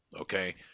okay